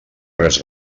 res